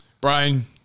Brian